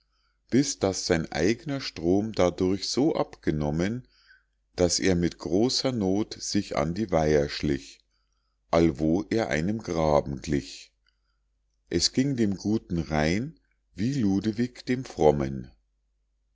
bis daß sein eigner strom dadurch so abgenommen daß er mit großer noth sich an die weiher schlich allwo er einem graben glich es ging dem guten rhein wie ludewig dem frommen